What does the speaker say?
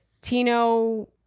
Tino